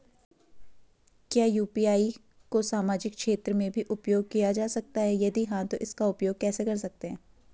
क्या यु.पी.आई को सामाजिक क्षेत्र में भी उपयोग किया जा सकता है यदि हाँ तो इसका उपयोग कैसे कर सकते हैं?